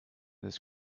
this